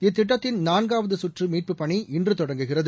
இத்திட்டத்தின் நான்காவது சுற்று மீட்புப்பணி இன்று தொடங்குகிறது